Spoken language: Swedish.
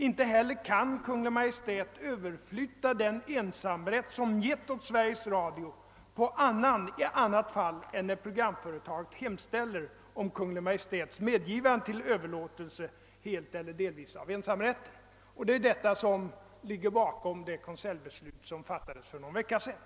Inte heller kan Kungl. Maj:t överflytta den ensamrätt som givits åt Sveriges Radio i annat fall än då programföretaget hemställer om Kungl. Maj:ts medgivande till överlåtelse helt eller delvis av ensamrätten. Det är detta som ligger bakom det konseljbeslut som fattades för någon vecka sedan.